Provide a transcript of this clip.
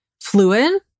fluid